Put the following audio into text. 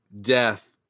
death